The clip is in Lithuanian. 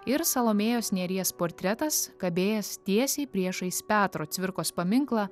ir salomėjos nėries portretas kabėjęs tiesiai priešais petro cvirkos paminklą